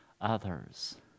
others